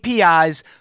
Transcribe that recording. APIs